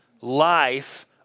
life